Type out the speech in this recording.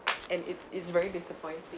and it it's very disappointing